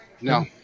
No